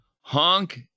honk